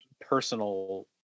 personal